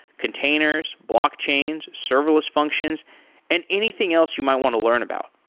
containers, blockchains, serverless functions and anything else you might want to learn about.